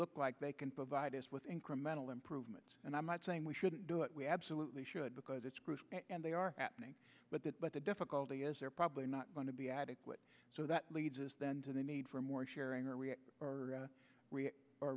look like they can provide us with incremental improvements and i'm not saying we shouldn't do it we absolutely should because it's crucial and they are happening but that but the difficulty is they're probably not going to be adequate so that leads us then to the need for more sharing or